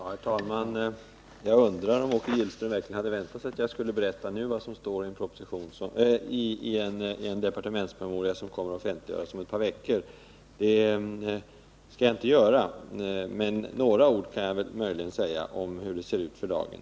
Herr talman! Jag undrar om Åke Gillström verkligen hade väntat sig att jag nu skulle berätta vad som står i en departementspromemoria som kommer att offentliggöras om några veckor. Det skall jag inte göra. Möjligen kan jag säga några ord om hur det ser ut för dagen.